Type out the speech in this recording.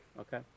Okay